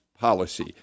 policy